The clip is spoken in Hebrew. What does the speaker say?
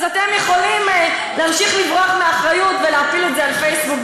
אז אתם יכולים להמשיך לברוח מאחריות ולהטיל את זה על פייסבוק.